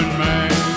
man